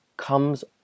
comes